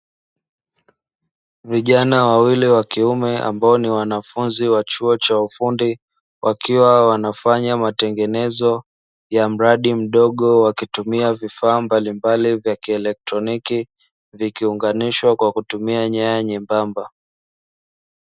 Vijana wawili wakiume ambo ni wanafunzi wa chuo cha ufundi wakiwa wanafanya matengenezo ya mradi mdogo wakitumia vifaa mbalimbali vya kielektroniki, vikiunganishwa kwa kutumia nyaya nyembamba.